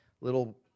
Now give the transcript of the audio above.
little